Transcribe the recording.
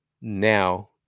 Now